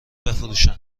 بفروشن